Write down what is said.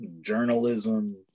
journalism